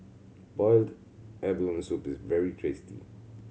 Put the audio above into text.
boiled abalone soup is very tasty